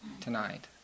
tonight